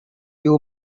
you